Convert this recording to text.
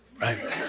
Right